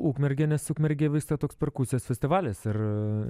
ukmergę nes ukmergėj vyksta toks perkusijos festivalis ir